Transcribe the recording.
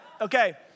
Okay